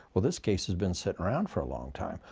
well, this case has been sitting around for a long time.